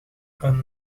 een